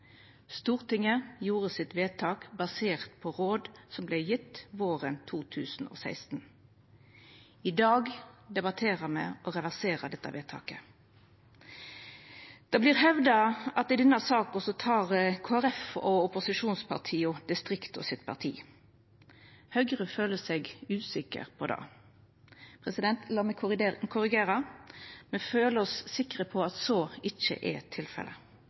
Stortinget gjorde vedtaket sitt basert på råd som vart gjevne våren 2016. I dag debatterer me å reversera dette vedtaket. Det vert hevda at i denne saka tek Kristeleg Folkeparti og opposisjonspartia distrikta sitt parti. Høgre føler seg usikker på det – la meg korrigera – me føler oss sikre på at så ikkje er tilfellet.